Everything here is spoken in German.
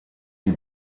die